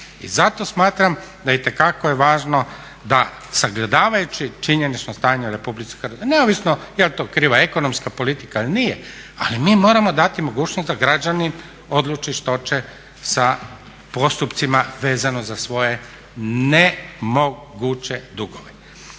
I zato smatram da itekako je važno da sagledavajući činjenično stanje u RH, neovisno jel' to kriva ekonomska politika ili nije, ali mi moramo dati mogućnost da građanin odluči što će sa postupcima vezano za svoje nemoguće dugove.